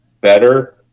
better